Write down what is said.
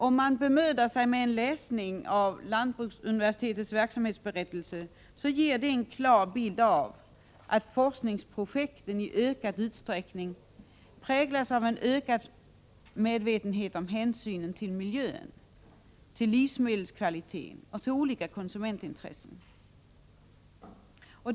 Om man bemödar sig med en läsning av lantbruksuniversitetets verksamhetsberättelse, får man en klar bild av att forskningsprojekten i ökad utsträckning präglas av ökad medvetenhet om hänsynen till miljön, livsmedelskvalitet och olika konsumentintressen.